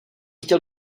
chtěl